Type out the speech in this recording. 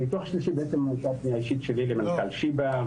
הניתוח השלישי בעצם נוסף לאחר פנייה אישית שלי למנכ"ל שיבא,